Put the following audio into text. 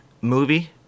movie